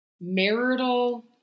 marital